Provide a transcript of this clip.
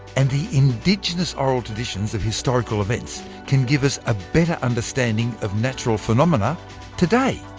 and the indigenous oral traditions of historical events can give us a better understanding of natural phenomena today.